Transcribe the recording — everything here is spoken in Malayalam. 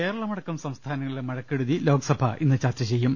കേരളമടക്കം സംസ്ഥാനങ്ങളിലെ മഴക്കെടുതി ലോകസഭ ഇന്ന് ചർച്ച ചെയ്യും